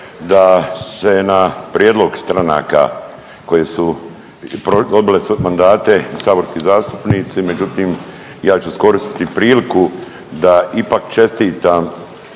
da se na prijedlog stranaka koje su dobile mandate saborski zastupnici, međutim ja ću iskoristiti priliku da ipak čestitam